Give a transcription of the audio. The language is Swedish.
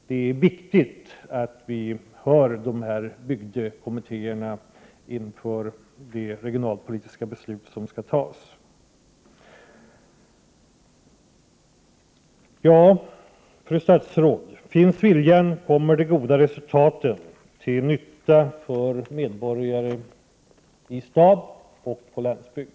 Det är viktigt att vi lyssnar på dessa bygdekommittéer inför de regionalpolitiska beslut som skall fattas. Fru statsråd! Finns viljan, kommer de goda resultaten till nytta för medborgare i stad och på landsbygd.